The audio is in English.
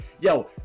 Yo